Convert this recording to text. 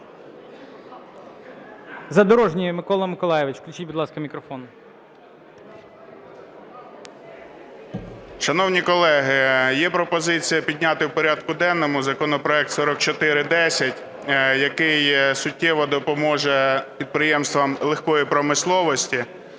Задорожній Микола Миколайович. Включіть, будь ласка мікрофон. 14:40:39 ЗАДОРОЖНІЙ М.М. Шановні колеги, є пропозиція підняти в порядку денному законопроект 4410, який суттєво допоможе підприємствам легкої промисловості.